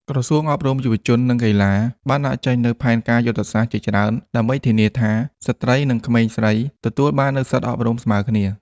ក្រសួងអប់រំ យុវជន និងកីឡាបានដាក់ចេញនូវផែនការយុទ្ធសាស្ត្រជាច្រើន ដើម្បីធានាថា ស្ត្រីនិងក្មេងស្រីទទួលបាននូវសិទ្ធិអប់រំស្មើគ្នា។